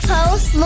Post